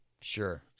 Sure